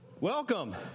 Welcome